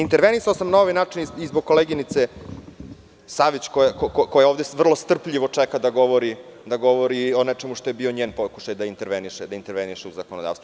Intervenisao sam na ovaj način i zbog koleginice Savić, koja ovde vrlo strpljivo čeka da govori o nečemu što je bio njen pokušaj da interveniše u zakonodavstvu.